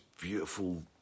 beautiful